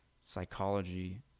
psychology